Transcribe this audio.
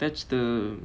that's the